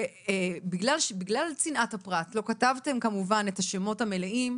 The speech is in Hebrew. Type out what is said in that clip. ובגלל צנעת הפרט, לא כתבתם כמובן את השמות המלאים.